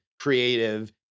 creative